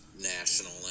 national